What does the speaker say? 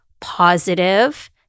positive